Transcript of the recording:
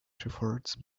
shepherds